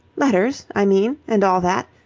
letters, i mean, and all that.